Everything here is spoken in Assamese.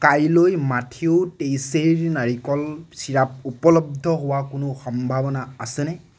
কাইলৈ মাঠিউ টেইসেইৰ নাৰিকল চিৰাপ উপলব্ধ হোৱাৰ কোনো সম্ভাৱনা আছেনে